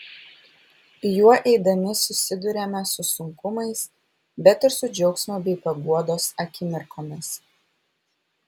juo eidami susiduriame su sunkumais bet ir su džiaugsmo bei paguodos akimirkomis